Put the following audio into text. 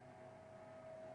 גם זה בריאות לא רק